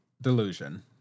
delusion